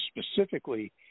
Specifically